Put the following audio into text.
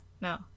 No